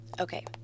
Okay